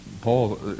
Paul